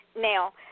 Now